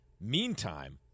Meantime